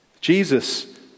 Jesus